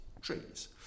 trees